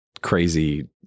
crazy